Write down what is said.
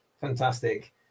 fantastic